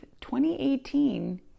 2018